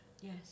Yes